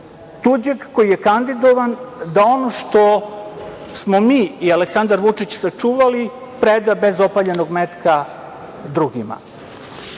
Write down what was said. tuđeg koji je kandidovan da ono što smo mi i Aleksandar Vučić sačuvali, preda bez opaljenog metka drugima. Što